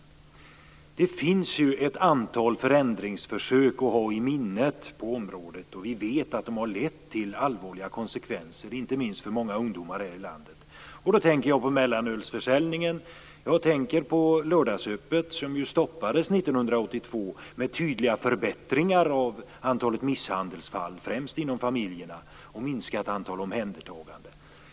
Det finns ett antal förändringsförsök att ha i minnet på området. Vi vet att de har fått allvarliga konsekvenser, inte minst för många ungdomar här i landet. Då tänker jag på mellanölsförsäljningen, på lördagsöppet som ju stoppades 1982, med tydliga förbättringar av antalet misshandelsfall främst inom familjerna och med minskat antal omhändertaganden.